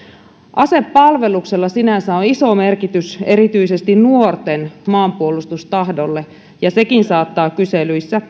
asepalveluksella sinänsä on iso merkitys erityisesti nuorten maanpuolustustahdolle ja sekin saattaa kyselyissä